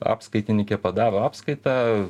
apskaitininkė padaro apskaitą